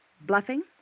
Bluffing